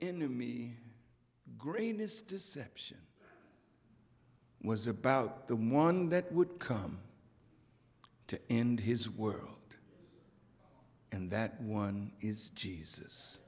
in new me greenness deception was about the one that would come to end his world and that one is jesus